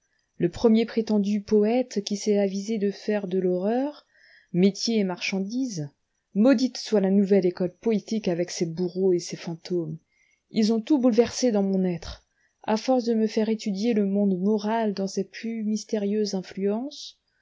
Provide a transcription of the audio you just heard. le premier prétendu poëte qui s'est avisé de faire de l'horreur métier et marchandise maudite soit la nouvelle école poétique avec ses bourreaux et ses fantômes ils ont tout bouleversé dans mon être à force de me faire étudier le monde moral dans ses plus mystérieuses influences